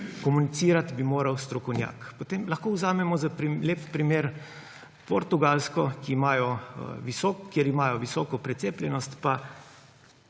komunicirati bi moral strokovnjak. Potem lahko vzamemo za lep primer Portugalsko, kjer imajo visoko precepljenost pa